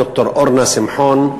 ד"ר אורנה שמחון,